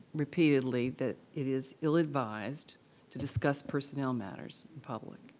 repeatedly, that it is ill-advised to discuss personnel matters in public.